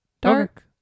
dark